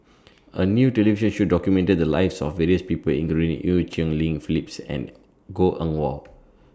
A New television Show documented The Lives of various People including EU Cheng Li Phyllis and Goh Eng Wah